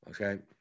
okay